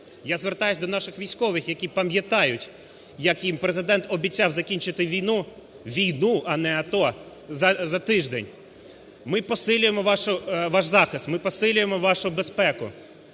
Я звертаюся до наших військових, які пам'ятають, як їм Президент обіцяв закінчити війну – війну, а не АТО – за тиждень. Ми посилюємо ваш захист, ми посилюємо вашу безпеку,